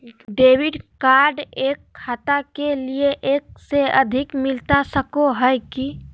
Debit card एक खाता के लिए एक से अधिक मिलता सको है की?